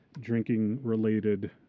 drinking-related